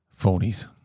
phonies